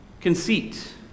Conceit